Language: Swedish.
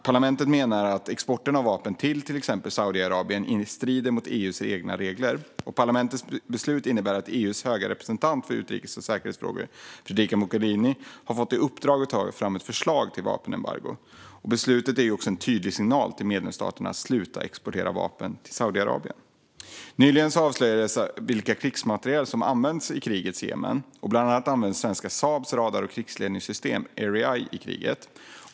Parlamentet menar att exporten av vapen till exempelvis Saudiarabien strider mot EU:s egna regler. Parlamentets beslut innebär att EU:s höga representant för utrikes och säkerhetsfrågor, Federica Mogherini, har fått i uppdrag att ta fram ett förslag på vapenembargo. Beslutet är också en tydlig signal till medlemsstaterna att sluta exportera vapen till Saudiarabien. Nyligen avslöjades vilka krigsmateriel som används i krigets Jemen. Bland annat används svenska Saabs radar och stridsledningssystem Erieye i kriget.